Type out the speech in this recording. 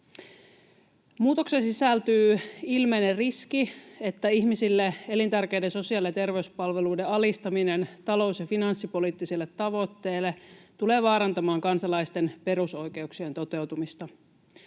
Muutokseen sisältyy ilmeinen riski, että ihmisille elintärkeiden sosiaali- ja terveyspalveluiden alistaminen talous- ja finanssipoliittisille tavoitteille tulee vaarantamaan kansalaisten perusoikeuksien toteutumista.